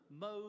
mode